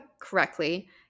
correctly